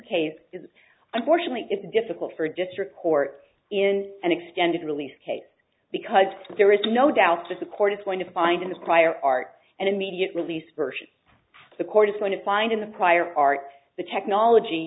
is unfortunately it's difficult for a district court in an extended release case because there is no doubt that the court is going to find in the prior art and immediate release version the court is going to find in the prior art the technology